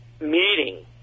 meeting